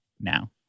now